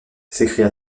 s’écria